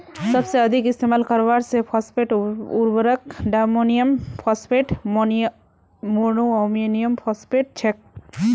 सबसे अधिक इस्तेमाल करवार के फॉस्फेट उर्वरक डायमोनियम फॉस्फेट, मोनोअमोनियमफॉस्फेट छेक